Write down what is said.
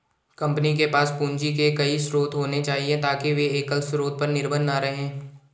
company के पास पूंजी के कई स्रोत होने चाहिए ताकि वे एकल स्रोत पर निर्भर न रहें